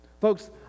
folks